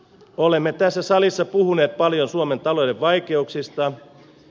olemme tässä salissa puhuneet paljon suomen talouden vaikeuksista